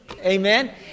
Amen